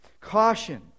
Caution